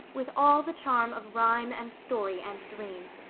with all the charm of rhyme and story and dream.